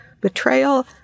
betrayal